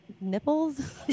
Nipples